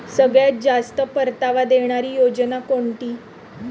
सगळ्यात जास्त परतावा देणारी योजना कोणती?